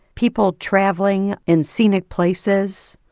people traveling in scenic places.